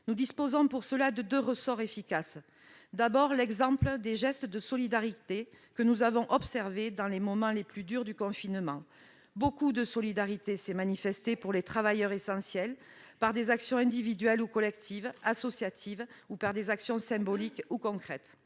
nous disposons de deux ressorts efficaces. Le premier, c'est l'exemple des gestes de solidarité que nous avons observés dans les moments les plus durs du confinement : une grande solidarité s'est manifestée en faveur des travailleurs essentiels, par des actions individuelles ou collectives, notamment associatives, par des actions symboliques ou concrètes.